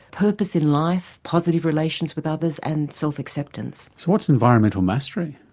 purpose in life, positive relations with others, and self acceptance. so what's environmental mastery?